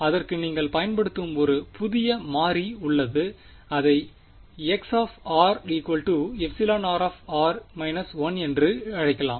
எனவே அதற்கு நீங்கள் பயன்படுத்தும் ஒரு புதிய மாறி உள்ளது அதை χ r 1 என்று அழைக்கலாம்